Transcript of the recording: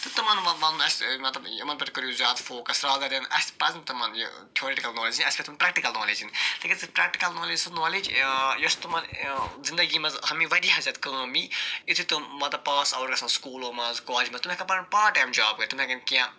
تہٕ تِمن وَ وَنُن اَسہِ مطلب یِمن پٮ۪ٹھ کٔرِو زیادٕ فوکس رادھر دٮ۪ن اَسہِ پَزن تِمن یہِ تھیوٗرِٹِکل نالیج دِنۍ اَسہِ پَزن پرٮ۪ٹِکل نالیج دِنۍ تِکیٛازِ پرٮ۪کٹٕکل نالیج چھِ سُہ نالیج یُس تِمن زِندگی منٛز ہمی وارِیاہ زیادٕ کٲم یی یُتھٕے تِم مطلب پاس اَوُٹ گَژھن سُکوٗلو منٛز کالِجن منٛز تِم ہٮ۪کن پنُن پاٹ ٹایِم جاب کٔرِتھ تِم ہٮ۪کن کیٚنٛہہ